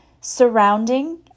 surrounding